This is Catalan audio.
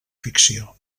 ficció